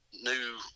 new